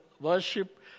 worship